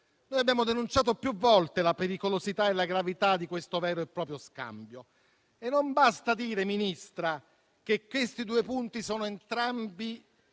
Noi abbiamo denunciato più volte la pericolosità e la gravità di questo vero e proprio scambio. E non basta dire, signora Ministra, che questi due punti sono entrambi